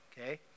Okay